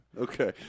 Okay